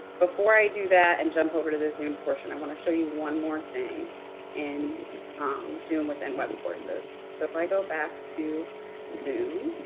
before i do that and jump over to the zoom portion, i want to show you one more thing in um zoom within webcourses. so, if i go back to zoom